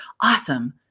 Awesome